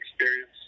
experience